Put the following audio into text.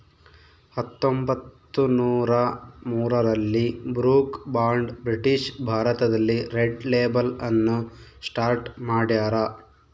ಹತ್ತೊಂಬತ್ತುನೂರ ಮೂರರಲ್ಲಿ Brooke Bond British ಭಾರತದಲ್ಲಿ ರೆಡ್ ಲೇಬಲ್ ಅನ್ನು ಸ್ಟಾರ್ಟ್ ಮಾಡ್ಯಾರ